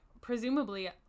presumably